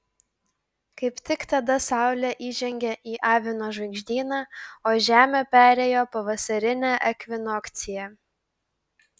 kaip tik tada saulė įžengė į avino žvaigždyną o žemė perėjo pavasarinę ekvinokciją